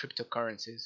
cryptocurrencies